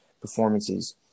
performances